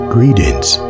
Greetings